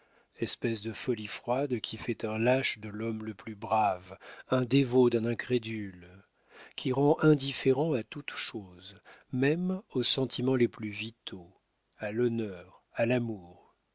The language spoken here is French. espèce de folie froide qui fait un lâche de l'homme le plus brave un dévot d'un incrédule qui rend indifférent à toute chose même aux sentiments les plus vitaux à l'honneur à l'amour